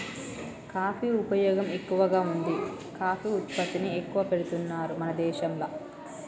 coffee ఉపయోగం ఎక్కువగా వుంది కాఫీ ఉత్పత్తిని ఎక్కువ చేపడుతున్నారు మన దేశంల